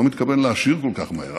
אני לא מתכוון להשאיר כל כך מהר,